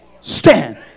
stand